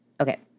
okay